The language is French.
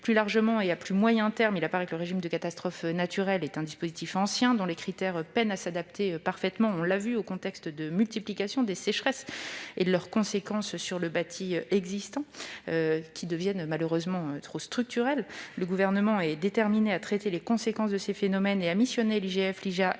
Plus largement et à plus moyen terme, il apparaît que le régime de catastrophe naturelle est un dispositif ancien dont les critères peinent à s'adapter parfaitement au contexte de multiplication des sécheresses et de leurs conséquences sur le bâti existant. Le Gouvernement est déterminé à traiter les conséquences de ces phénomènes et a missionné l'IGF, l'IGA